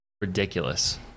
Ridiculous